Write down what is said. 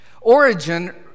Origin